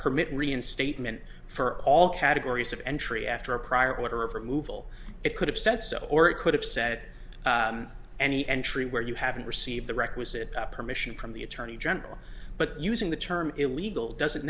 permit reinstatement for all categories of entry after a prior order of removal it could have said so or it could have said any entry where you haven't received the requisite permission from the attorney general but using the term illegal doesn't